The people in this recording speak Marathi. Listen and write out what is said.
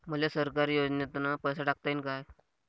मले सरकारी योजतेन पैसा टाकता येईन काय?